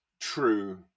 True